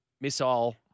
Missile